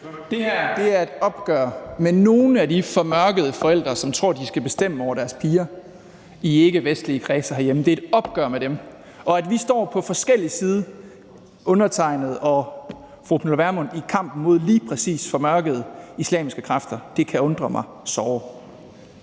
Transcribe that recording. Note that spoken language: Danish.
Det her er et opgør med nogle af de formørkede forældre, som tror, de skal bestemme over deres piger, i ikkevestlige kredse herhjemme. Det er et opgør med dem. Og at vi – undertegnede og fru Pernille Vermund – står på forskellig side i kampen mod lige præcis formørkede islamiske kræfter, kan undre mig såre.